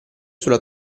sulla